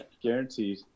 Guaranteed